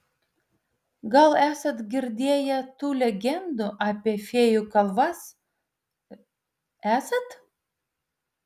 gal esat girdėję tų legendų apie fėjų kalvas esat